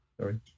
Sorry